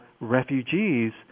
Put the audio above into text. refugees